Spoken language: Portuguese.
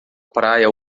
praia